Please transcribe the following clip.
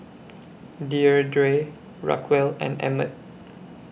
Deirdre Raquel and Emmet